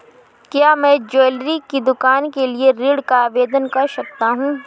क्या मैं ज्वैलरी की दुकान के लिए ऋण का आवेदन कर सकता हूँ?